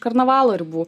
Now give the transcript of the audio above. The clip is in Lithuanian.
karnavalo ribų